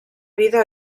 vida